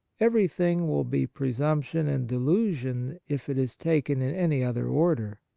everything will be presumption and delusion if it is taken in any other order.